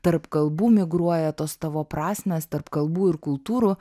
tarp kalbų migruoja tos tavo prasmės tarp kalbų ir kultūrų